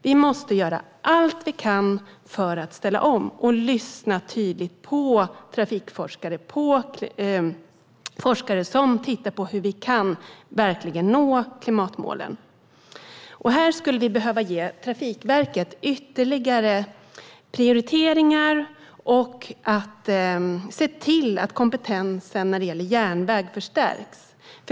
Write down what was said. Vi måste göra allt vi kan för att ställa om, och vi måste lyssna ordentligt på trafikforskare och forskare som tittar på hur vi kan nå klimatmålen. Vi skulle behöva ge Trafikverket ytterligare prioriteringar och se till att kompetensen när det gäller järnväg förstärks.